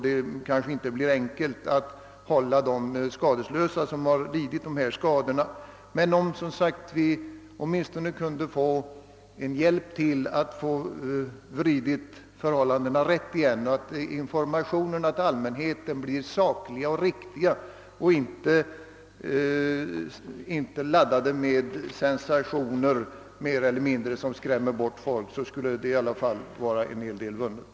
Det kanske inte blir så lätt att hålla fiskarna skadeslösa, men om informationen till allmänheten blir saklig och inte laddad med sensationer, som skrämmer folk från att köpa fisk, skulle en hel del vara vunnet.